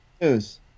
news